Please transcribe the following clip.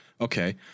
Okay